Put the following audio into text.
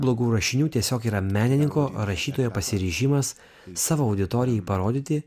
blogų rašinių tiesiog yra menininko rašytojo pasiryžimas savo auditorijai parodyti